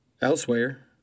Elsewhere